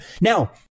Now